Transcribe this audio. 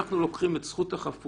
שאנחנו לוקחים את זכות החפות